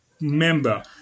member